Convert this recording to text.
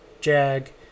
Jag